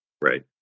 Right